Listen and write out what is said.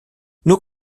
nur